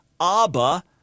Abba